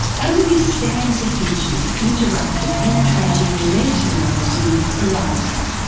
only stands of gidgee interrupt a penetrating, mesmerising horizon.